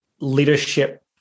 leadership